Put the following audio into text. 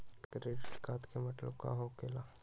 Credit card के मतलब का होकेला?